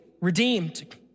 redeemed